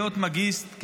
מאגיסט,